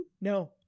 No